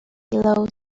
below